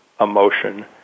emotion